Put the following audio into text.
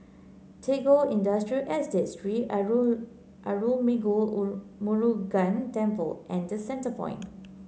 Tagore Industrial Estate Sri Arulmigu Murugan Temple and The Centrepoint